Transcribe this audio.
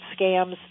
scams